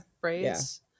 braids